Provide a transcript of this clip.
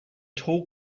tall